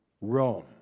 Rome